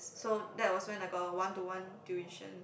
so that was when I got a one to one tuition